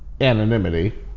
anonymity